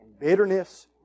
bitterness